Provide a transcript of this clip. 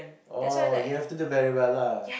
oh you have to do very well lah